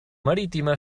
marítima